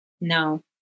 No